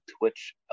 Twitch